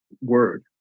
word